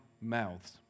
mouths